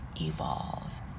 evolve